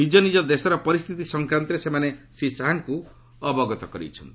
ନିଜ ନିକ ରାଜ୍ୟର ପରିସ୍ଥିତି ସଂକ୍ରାନ୍ତରେ ସେମାନେ ଶ୍ରୀ ଶାହାଙ୍କୁ ଅବଗତ କରାଇଛନ୍ତି